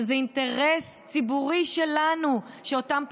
שזה אינטרס ציבורי שלנו שאותם פוגעים,